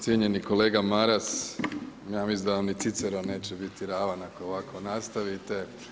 Cijenjeni kolega Maras, ja mislim da vam ni Ciceron neće biti ravan ako ovako nastavite.